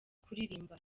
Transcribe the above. kuririmba